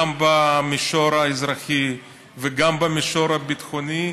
גם במישור האזרחי וגם במישור הביטחוני,